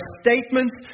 statements